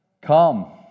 Come